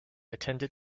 attended